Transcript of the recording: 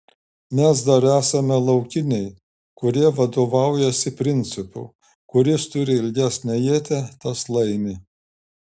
mes dar esame laukiniai kurie vadovaujasi principu kuris turi ilgesnę ietį tas laimi